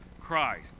Christ